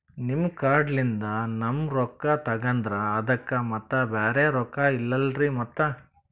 ನಿಮ್ ಕಾರ್ಡ್ ಲಿಂದ ನಮ್ ರೊಕ್ಕ ತಗದ್ರ ಅದಕ್ಕ ಮತ್ತ ಬ್ಯಾರೆ ರೊಕ್ಕ ಇಲ್ಲಲ್ರಿ ಮತ್ತ?